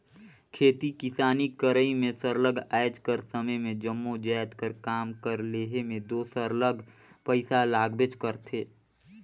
खेती किसानी करई में सरलग आएज कर समे में जम्मो जाएत कर काम कर लेहे में दो सरलग पइसा लागबेच करथे